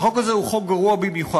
החוק הזה הוא חוק גרוע במיוחד.